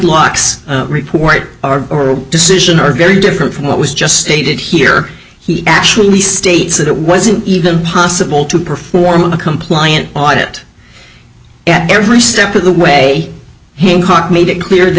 locks report our decision are very different from what was just stated here he actually states that it wasn't even possible to perform a compliant audit at every step of the way his cock made it clear that